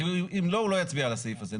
כי אם לא, הוא לא יצביע לסעיף זה.